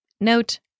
Note